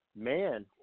man